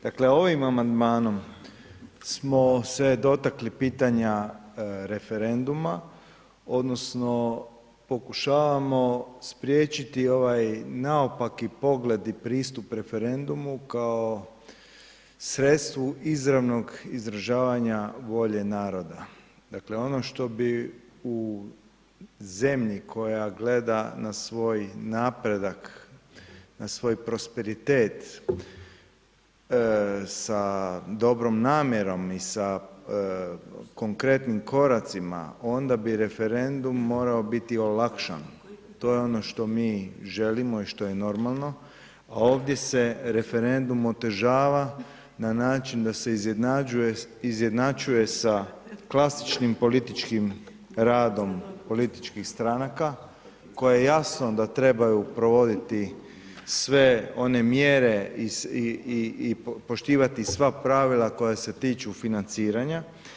Dakle, ovim amandmanom smo se dotakli pitanja referenduma, odnosno pokušavamo spriječiti ovaj naopaki pogled i pristup referendumu kao sredstvu izravnog izražavanja volje naroda, dakle, ono što bi u zemlji koja gleda na svoj napredak, na svoj prosperitet sa dobrom namjerom i sa konkretnim koracima, onda bi referendum morao biti olakšan, to je ono što mi želimo i što je normalno, a ovdje se referendum otežava na način da se izjednačuje sa klasičnim političkim radom političkih stranaka koje je jasno da trebaju provoditi sve one mjere i poštivati sva pravila koja se tiču financiranja.